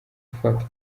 ufatwa